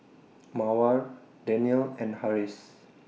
Mawar Daniel and Harris